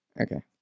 okay